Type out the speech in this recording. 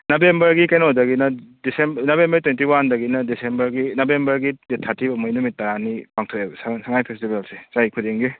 ꯅꯕꯦꯝꯕꯔꯒꯤ ꯀꯩꯅꯣꯗꯒꯤꯅ November twenty ꯋꯥꯟꯗꯒꯤꯅ ꯗꯤꯁꯦꯝꯕꯔꯒꯤ ꯅꯕꯦꯝꯕꯔꯒꯤ ꯗꯦꯠ ꯊꯥꯔꯇꯤꯒꯨꯝꯕꯒꯤ ꯅꯨꯃꯤꯠ ꯇꯔꯥꯅꯤ ꯄꯥꯡꯊꯣꯛꯑꯦꯕ ꯁꯉꯥꯏ ꯁꯉꯥꯏ ꯐꯦꯁꯇꯤꯚꯦꯜꯁꯦ ꯆꯍꯤ ꯈꯨꯗꯤꯡꯒꯤ